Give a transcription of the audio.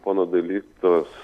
pono dailydkos